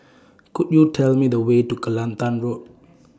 Could YOU Tell Me The Way to Kelantan Road